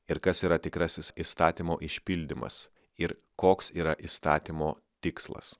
ir kas yra tikrasis įstatymo išpildymas ir koks yra įstatymo tikslas